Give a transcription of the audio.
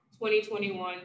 2021